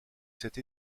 cette